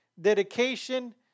dedication